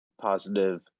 positive